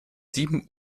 sieben